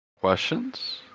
Questions